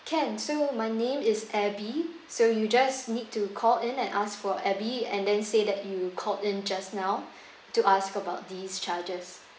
can so my name is abby so you just need to call in and ask for abby and then say that you called in just now to ask about these charges